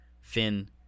Finn